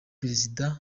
perezida